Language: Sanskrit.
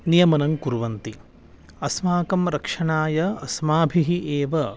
नियमनं कुर्वन्ति अस्माकं रक्षणाय अस्माभिः एव